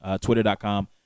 Twitter.com